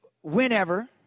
whenever